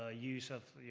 ah use of,